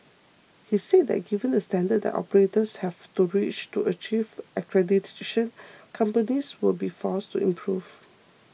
he said that given the standards that operators have to reach to achieve accreditation companies will be forced to improve